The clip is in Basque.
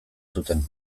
zuten